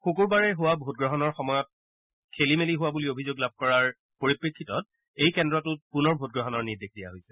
শুকুৰবাৰে হোৱা ভোটগ্ৰহণৰ সময়ত খেলি মেলি হোৱা বুলি অভিযোগ লাভ কৰা পৰিপ্ৰেক্ষিতত ভোটগ্ৰহণ কেন্দ্ৰটোত পুনৰ ভোটগ্ৰহণৰ নিৰ্দেশ দিয়া হৈছে